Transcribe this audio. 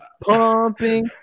pumping